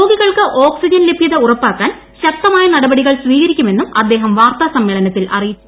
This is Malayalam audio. രോഗികൾക്ക് ഓക്സിജൻ ലഭ്യത ഉറപ്പാക്കാൻ ശക്തമായ നടപടികൾ സ്വീകരിക്കുമെന്നും അദ്ദേഹം വാർത്താ സമ്മേളനത്തിൽ അറിയിച്ചു